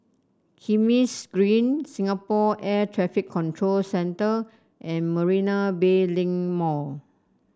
Kismis Green Singapore Air Traffic Control Centre and Marina Bay Link Mall